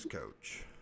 coach